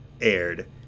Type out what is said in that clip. aired